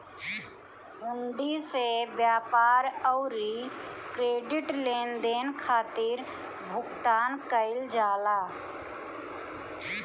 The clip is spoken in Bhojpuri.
हुंडी से व्यापार अउरी क्रेडिट लेनदेन खातिर भुगतान कईल जाला